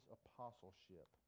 apostleship